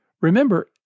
Remember